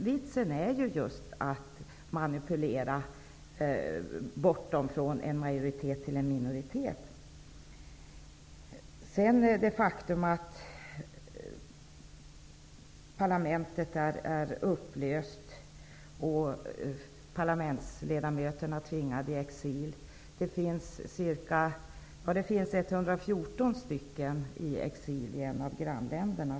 Vitsen är ju just att manipulera, så att de blir en minoritet i stället för en majoritet. Det är ett faktum att parlamentet är upplöst och att parlamentsledamöterna är tvingade i exil. Det finns för närvarande 114 stycken i exil i ett av grannländerna.